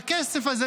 והכסף הזה,